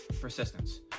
persistence